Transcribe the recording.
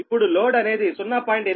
ఇప్పుడు లోడ్ అనేది 0